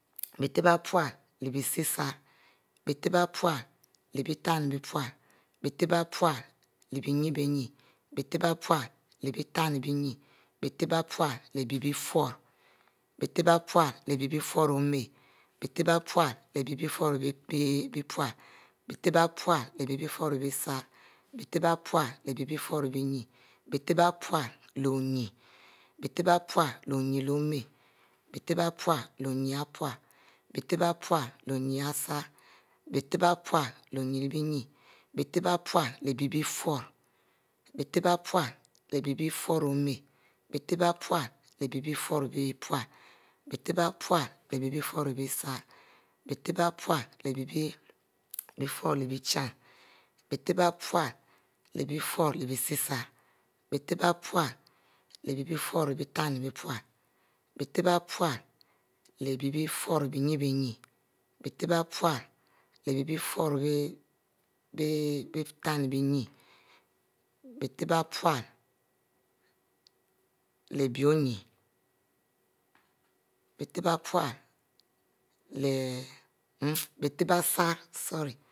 Bic tebic pule leh ema bie tebie pule leh pule bic tebie pule leh bie biesarri bie tebie pule leh bie binne bie tebie pule leh bie biechin bie tebic pule leh bie sariri bie tebie pule leh bie tannpule bie tebie pule leh bie binne bie tebie pule leh bie tani nne bic tebic pule leh wufurro bic tebie pule leh bie wufurro òma bic tebie pule bie furro bie pule bie tebie pule leh bie furro bie binne bic tebie pule leh ovenn bie tebic pule leh oyenn oma bic tebie pule leh oyenn leh bisarri bie tebie pule leh oyenn leh binn bic tebic pule leh oyenn leh bie uhnni bie tebie pule leh bie furro oma bic tebie pule leh bie furro pule bic tebie pule leh biefurro sarri bie tebie pule leh biefurro binne bic tebie pule leh bie furro bie sesri bie tebic pule leh bie biefurro bie tanib prule bie tebie pule leh furro bie binbine bic tebie pule leh furro leyenn